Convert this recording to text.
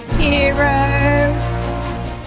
Heroes